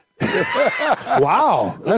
Wow